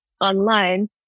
online